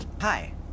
hi